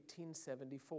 1874